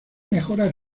mejorar